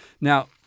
Now